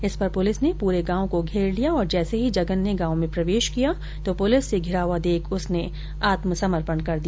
इस पर पुलिस ने पूरे गांव को घेर लिया और जैसे ही जगन ने गांव में प्रवेश किया तो पुलिस से घिरा हुआ देख उसने आत्मसमर्पण कर दिया